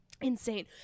Insane